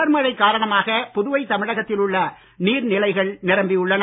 தொடர் மழை காரணமாக புதுவை தமிழகத்தில் உள்ள நீர்நிலைகள் நிரம்பியுள்ளன